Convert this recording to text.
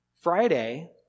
Friday